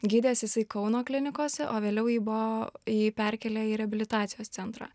gydės jisai kauno klinikose o vėliau jį buvo jį perkėlė į reabilitacijos centrą